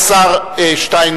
בבקשה, כבוד השר שטייניץ.